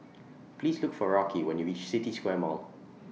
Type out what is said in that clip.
Please Look For Rocky when YOU REACH The City Square Mall